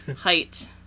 height